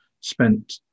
spent